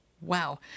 Wow